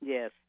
Yes